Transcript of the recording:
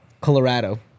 Colorado